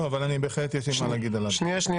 לא, אבל בהחלט יש לי מה להגיד --- ושוב,